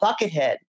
Buckethead